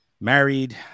married